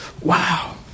Wow